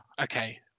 okay